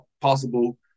possible